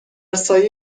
سایه